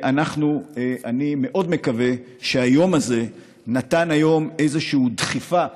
אני מאוד מקווה שהיום הזה נתן איזושהי דחיפה חשובה,